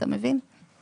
אני מבין את זה.